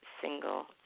single